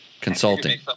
Consulting